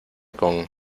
con